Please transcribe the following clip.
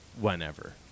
whenever